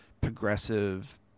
progressive